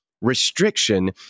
restriction